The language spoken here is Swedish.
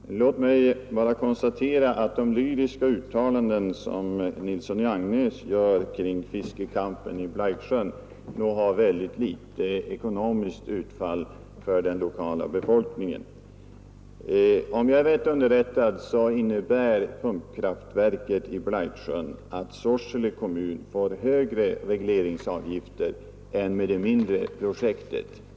Herr talman! Herr Nilsson i Agnäs gjorde mycket lyriska uttalanden om fiskecampen i Blaiksjön. Låt mig bara konstatera att det ekonomiska utfallet av fisket är väldigt litet för den lokala befolkningen. 69 Om jag är rätt underrättad innebär pumpkraftverket i Blaiksjön att Sorsele kommun får högre regleringsavgifter än med det mindre projektet.